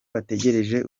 bateje